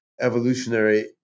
evolutionary